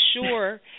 sure